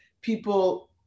people